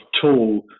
tool